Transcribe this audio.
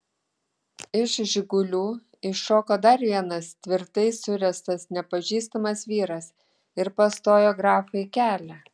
iš žigulių iššoko dar vienas tvirtai suręstas nepažįstamas vyras ir pastojo grafui kelią